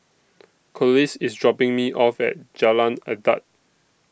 Collis IS dropping Me off At Jalan Adat